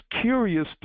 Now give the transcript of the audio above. curious